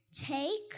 Take